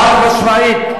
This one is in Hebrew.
חד-משמעית.